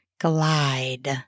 glide